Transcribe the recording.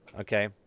Okay